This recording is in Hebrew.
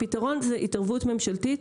הפתרון הוא התערבות ממשלתית,